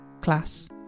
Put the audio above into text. class